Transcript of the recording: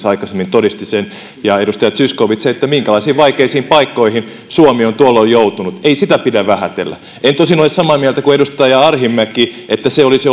aikaisemmin ja edustaja zyskowicz todistivat sen minkälaisiin vaikeisiin paikkoihin suomi on tuolloin joutunut ei sitä pidä vähätellä en tosin ole samaa mieltä kuin edustaja arhinmäki että se olisi